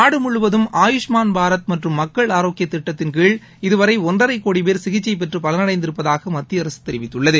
நாடுமுழுவதும் ஆயுஷ்மான் பாரத் மற்றும் மக்கள் ஆரோக்கியத் திட்டத்தின் கீழ் இதுவரை ஒன்றரைக் கோடி பேர் சிகிச்சை பெற்று பலள் அடைந்திருப்பதாக மத்திய அரசு தெரிவித்துள்ளது